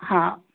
हा